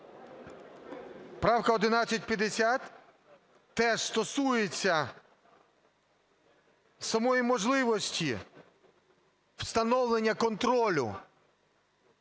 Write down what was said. Правка 1150 теж стосується самої можливості встановлення контролю